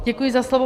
Děkuji za slovo.